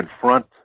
confront